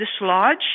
dislodge